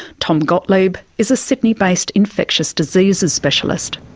tom gottlieb is a sydney-based infectious diseases specialist.